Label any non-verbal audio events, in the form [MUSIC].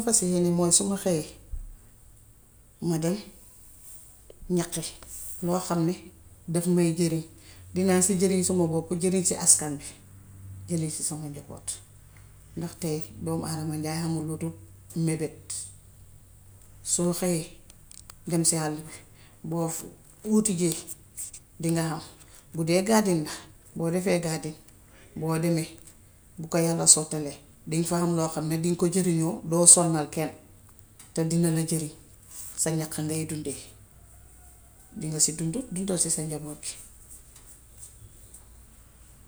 Li ma fas yéene mooy su ma xëyee, ma dem, ñaqi loo xam ne daf may jëriñ dinaa si jëriñ sama boppa jëriñ si askan wi, jëriñ si sama njaboot ndaxte doomu aadama njaay hamut lu dul mébét. Soo xëyee dem si hàll bi. Boo hutijee [HESITATION] dinga ham. Bu dee garden la, boo defee garden, boo demee, bu ko yàlla sottilee diŋ fa ham loo xam ne diŋ ko jëriñoo doo sonal kenn, te dina la jëriñ. Sa ñaq ngay dundee, dinga si dundu dundal si sa njaboot.